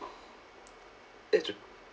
it's